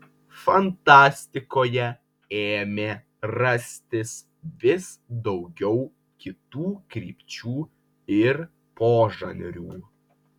fantastikoje ėmė rastis vis daugiau kitų krypčių ir požanrių